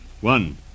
One